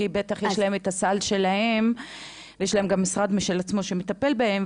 כי בטח יש להם את הסל שלהם ויש להם משרד משלהם שמטפל בהם.